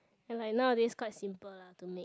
and like nowadays quite simple lah to make